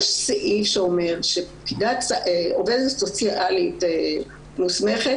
יש סעיף שאומר שעובדת סוציאלית מוסמכת